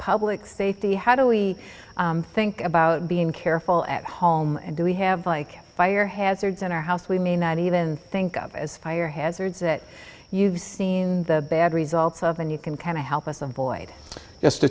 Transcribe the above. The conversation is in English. public safety how do we think about being careful at home and do we have like fire hazards in our house we may not even think of as fire hazards that you've seen the bad results of and you can kind of help us avoid